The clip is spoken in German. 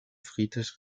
friedrich